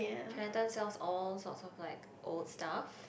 Chinatown sells all sorts of like old stuff